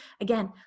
again